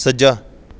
ਸੱਜਾ